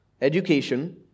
education